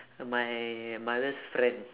uh my mother's friend